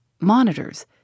Monitors